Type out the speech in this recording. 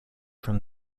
from